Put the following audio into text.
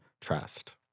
trust